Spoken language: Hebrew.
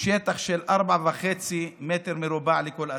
שטח של 4.5 מ"ר לכל אסיר,